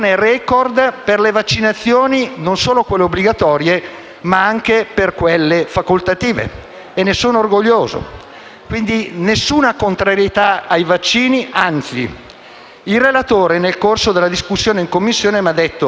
Il relatore nel corso della discussione in Commissione mi ha detto che quello che vale in Lombardia può non valere nel resto del Paese, citando le parti meridionali dove, a suo avviso, non esiste ancora una cultura